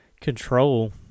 control